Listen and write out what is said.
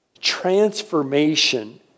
transformation